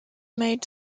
made